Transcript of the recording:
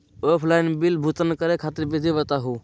Offline bill भुगतान करे खातिर विधि बताही हो?